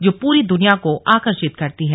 जो पूरी दुनिया को आकर्षित करती है